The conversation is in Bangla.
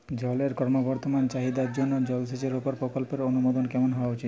জলের ক্রমবর্ধমান চাহিদার জন্য জলসেচের উপর প্রকল্পের অনুমোদন কেমন হওয়া উচিৎ?